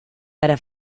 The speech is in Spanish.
para